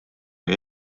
või